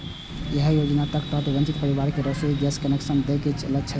एहि योजनाक तहत वंचित परिवार कें रसोइ गैस कनेक्शन दए के लक्ष्य छै